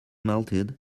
melted